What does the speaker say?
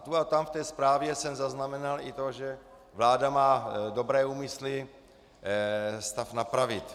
Tu a tam v té zprávě jsem zaznamenal i to, že vláda má dobré úmysly stav napravit.